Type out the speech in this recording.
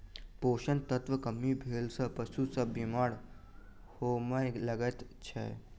पोषण तत्वक कमी भेला सॅ पशु सभ बीमार होमय लागैत छै